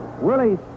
Willie